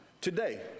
Today